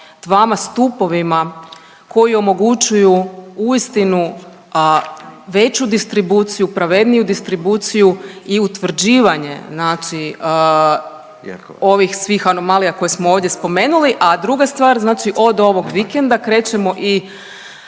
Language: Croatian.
dvama stupovima koji omogućuju uistinu veću distribuciju, pravedniju distribuciju i utvrđivanje znači ovih svih anomalija koje smo ovdje spomenuli, a druga stvar znači od ovog vikenda krećemo i